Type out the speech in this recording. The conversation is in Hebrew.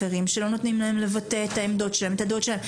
שלא נותנים להם לבטא את העמדות והדעות שלהם,